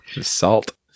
Salt